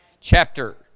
Chapter